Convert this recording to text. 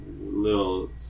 little